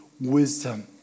wisdom